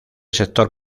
sector